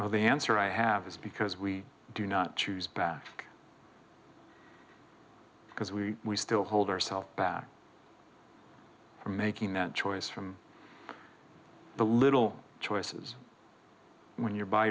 now the answer i have is because we do not choose back because we still hold ourself back from making that choice from the little choices when you're by